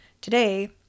Today